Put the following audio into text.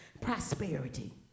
prosperity